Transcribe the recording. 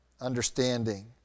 Understanding